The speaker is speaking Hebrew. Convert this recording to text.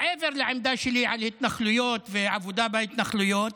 מעבר לעמדה שלי על התנחלויות ועבודה בהתנחלויות,